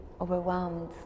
overwhelmed